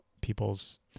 people's